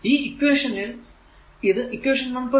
ഈ ഇക്വേഷനിൽ ഇത് ഇക്വേഷൻ 1